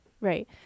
right